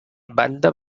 banda